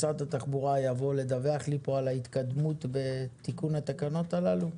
משרד התחבורה יבוא לדווח פה על ההתקדמות בתיקון התקנות הללו?